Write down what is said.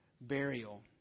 burial